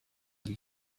een